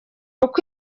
uko